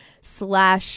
slash